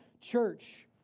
church